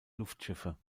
luftschiffe